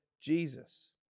Jesus